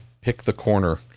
pick-the-corner